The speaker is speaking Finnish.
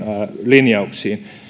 linjauksiin